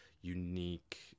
unique